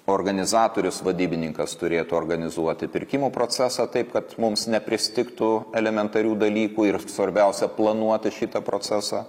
organizatorius vadybininkas turėtų organizuoti pirkimų procesą taip kad mums nepristigtų elementarių dalykų ir svarbiausia planuoti šitą procesą